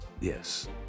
Yes